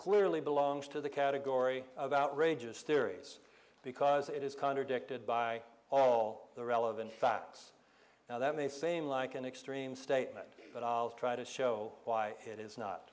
clearly belongs to the category of outrageous theories because it is contradicted by all the relevant facts now that may same like an extreme statement but i'll try to show why it is not